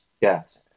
Yes